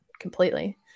completely